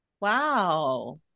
Wow